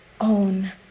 own